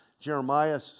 Jeremiah